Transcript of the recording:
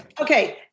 Okay